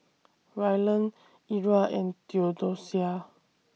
Rylan Era and Theodosia